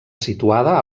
situada